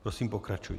Prosím, pokračujte.